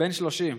בן 30,